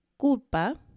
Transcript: culpa